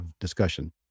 discussion